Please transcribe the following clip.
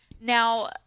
Now